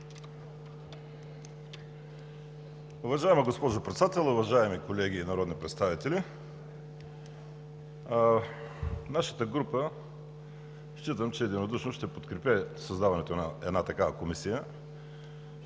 Уважаема госпожо Председател, уважаеми колеги народни представители! Считам, че нашата група единодушно ще подкрепи създаването на една такава комисия.